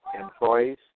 employees